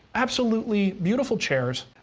absolutely beautiful chairs,